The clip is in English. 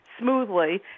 smoothly